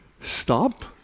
Stop